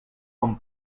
com